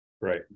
right